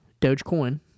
Dogecoin